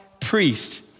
priest